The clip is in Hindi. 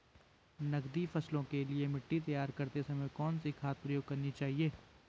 नकदी फसलों के लिए मिट्टी तैयार करते समय कौन सी खाद प्रयोग करनी चाहिए?